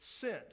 sent